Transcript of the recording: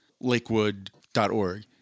lakewood.org